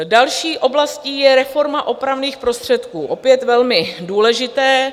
Další oblastí je reforma opravných prostředků opět velmi důležité.